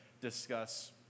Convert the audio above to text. discuss